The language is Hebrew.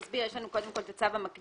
יש לנו קודם כול את הצו המקדים,